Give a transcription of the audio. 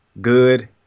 good